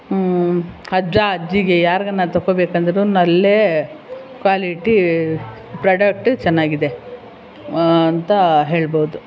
ಅಜ್ಜ ಅಜ್ಜಿಗೆ ಯಾರಿಗಾನ ತಗೊಳ್ಬೇಕಂದ್ರೂ ಅಲ್ಲೇ ಕ್ವಾಲಿಟಿ ಪ್ರಾಡಕ್ಟು ಚೆನ್ನಾಗಿದೆ ಅಂತ ಹೇಳ್ಬೋದು